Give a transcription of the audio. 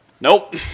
Nope